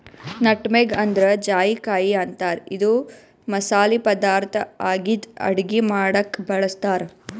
nutmeg ಅಂದ್ರ ಜಾಯಿಕಾಯಿ ಅಂತಾರ್ ಇದು ಮಸಾಲಿ ಪದಾರ್ಥ್ ಆಗಿದ್ದ್ ಅಡಗಿ ಮಾಡಕ್ಕ್ ಬಳಸ್ತಾರ್